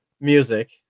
music